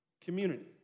Community